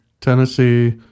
tennessee